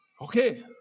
Okay